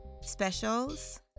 specials